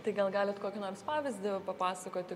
tai gal galit kokį nors pavyzdį papasakoti